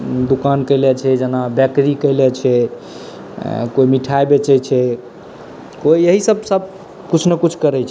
दोकान कएले छै जेना बेकरी कएले छै कोइ मिठाइ बेचै छै कोइ इएहसब सबकिछु ने किछु करै छै